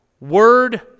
word